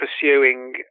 pursuing